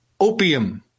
opium